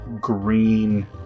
green